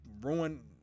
ruin